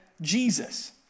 Jesus